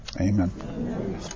Amen